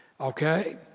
Okay